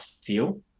feel